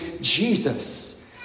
Jesus